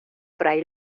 fray